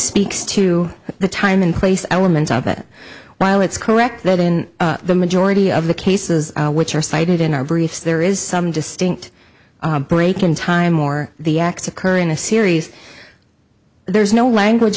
speaks to the time and place elements of it while it's correct that in the majority of the cases which are cited in our brief there is some distinct break in time or the acts occur in a series there's no language